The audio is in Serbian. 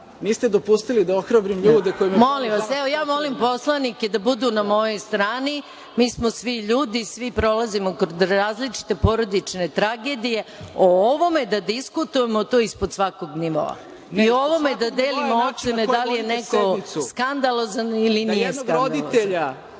Niste dopustili da ohrabrim ljude… **Maja Gojković** Molim vas, molim poslanike da budu na mojoj strani, mi smo svi ljudi, svi prolazimo kroz različite porodične tragedije, o ovome da diskutujemo to je ispod svakog nivoa i o ovome da delimo ocenimo da li je neko skandalozan ili nije skandalozan.